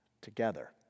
together